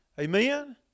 Amen